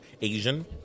Asian